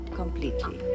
completely